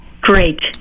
great